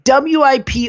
WIP